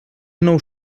nou